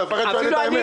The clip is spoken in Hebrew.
אתה מפחד להגיד את האמת?